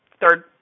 third